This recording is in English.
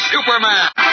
Superman